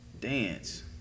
Dance